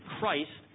Christ